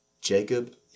Jacob